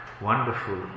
wonderful